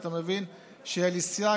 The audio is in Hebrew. ואתה מבין שיהיה לי סייג,